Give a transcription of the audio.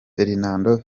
fernando